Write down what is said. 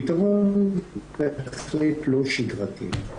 פתרון --- לא שגרתי.